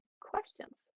questions